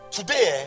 Today